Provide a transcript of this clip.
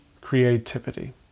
creativity